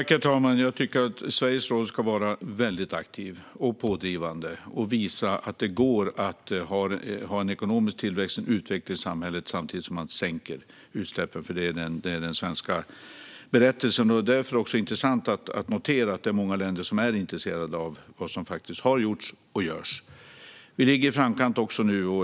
Herr talman! Jag tycker att Sverige ska vara väldigt aktivt och pådrivande. Vi ska visa att det går att ha ekonomisk tillväxt och utveckling i samhället samtidigt som man sänker utsläppen. Det är nämligen den svenska berättelsen, och det är intressant att notera att många länder är intresserade av vad som faktiskt har gjorts och vad som görs. Vi ligger i framkant.